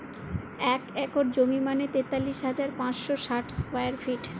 এক একর জমি মানে তেতাল্লিশ হাজার পাঁচশ ষাট স্কোয়ার ফিট